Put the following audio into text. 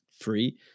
free